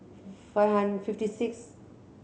five hundred fifty six